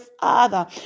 Father